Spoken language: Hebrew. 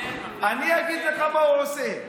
אני אגיד לך מה הוא עושה.